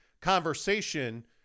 conversation –